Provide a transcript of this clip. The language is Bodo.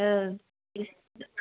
औ